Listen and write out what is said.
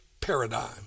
paradigm